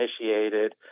initiated